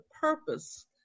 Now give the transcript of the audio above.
purpose